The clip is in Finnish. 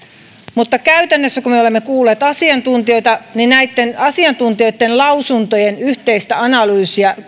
mutta käytännössä kun me olemme kuulleet asiantuntijoita niin näiden asiantuntijoitten lausuntojen yhteistä analyysiä